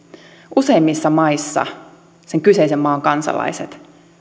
useimmissa maissa sen kyseisen maan kansalaiset